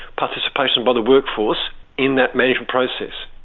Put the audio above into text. participation by the workforce in that management process.